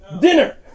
Dinner